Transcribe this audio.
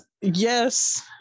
yes